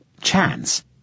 chance